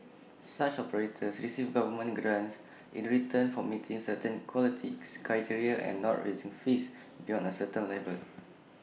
such operators receive government grants in return for meeting certain quality criteria and not raising fees beyond A certain level